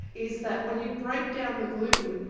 is that when you break down the gluten,